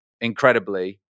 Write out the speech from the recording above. incredibly